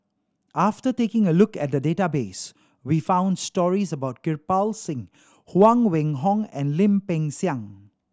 after taking a look at the database we found stories about Kirpal Singh Huang Wenhong and Lim Peng Siang